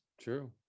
True